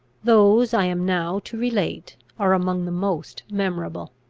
those i am now to relate are among the most memorable.